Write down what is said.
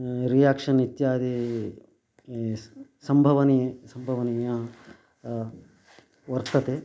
reaction इत्यादि सम्भवति सम्भवनीया वर्तते